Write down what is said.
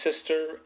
sister